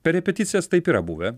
per repeticijas taip yra buvę